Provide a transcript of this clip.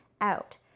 out